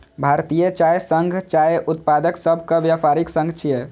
भारतीय चाय संघ चाय उत्पादक सभक व्यापारिक संघ छियै